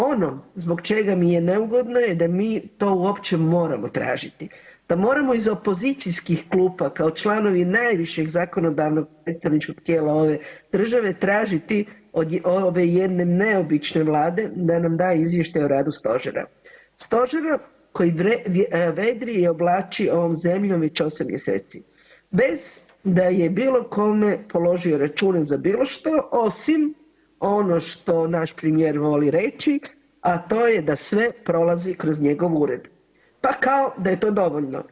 Ono zbog čega mi je neugodno je da mi to uopće moramo tražiti, da moramo iz opozicijskih klupa, kao članovi najvišeg zakonodavnog predstavničkog tijela ove države tražiti ove jedne neobične Vlade da nam da izvještaj o radu Stožera, Stožera koji vedri i oblači ovom zemljom već osam mjeseci bez da je bilo kome položio račune za bilo što osim ono što naš premijer voli reći a to je da sve prolazi kroz njegov ured. pa kao da je to dovoljno.